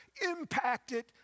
impacted